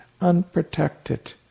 unprotected